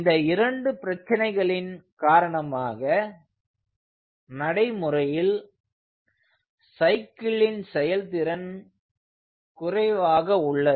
இந்த இரண்டு பிரச்சினைகளின் காரணமாக நடைமுறையில் சைக்கிளின் செயல்திறன் குறைவாக உள்ளது